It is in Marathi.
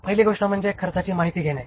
पहिली गोष्ट म्हणजे खर्चाची माहिती घेणे